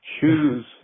Shoes